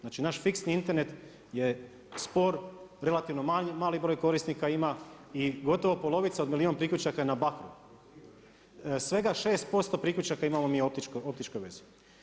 Znači naš fiksni Internet je spor, relativno mali broj korisnika ima i gotovo polovica od milijun priključaka je na … svega 6% priključaka imamo mi optičku vezu.